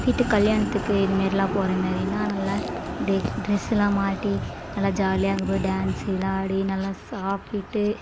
வீட்டு கல்யாணத்துக்கு இது மாரிலாம் போகிற மாரினா நல்ல டிரஸெலாம் மாட்டி நல்லா ஜாலியாக அங்கே போய் டான்ஸெலாம் ஆடி நல்லா சாப்பிட்டு